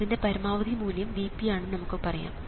അതിൻറെ പരമാവധി മൂല്യം Vp ആണെന്ന് നമുക്ക് പറയാം